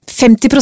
50%